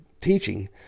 teaching